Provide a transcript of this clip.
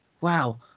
wow